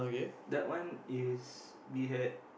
that one is we had